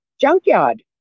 junkyard